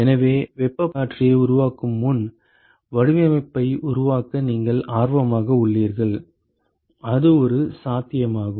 எனவே வெப்பப் பரிமாற்றியை உருவாக்கும் முன் வடிவமைப்பை உருவாக்க நீங்கள் ஆர்வமாக உள்ளீர்கள் அது ஒரு சாத்தியமாகும்